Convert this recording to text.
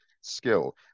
skill